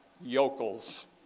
yokels